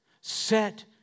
Set